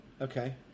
okay